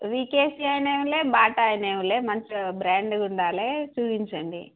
రికేసీ అయినవి బాటా అయినవి మంచిగా బ్రాండ్గా ఉండాలి చూపించండి